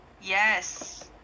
Yes